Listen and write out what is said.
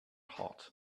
heart